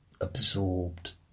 absorbed